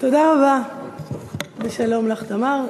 תודה רבה ושלום לך, תמר.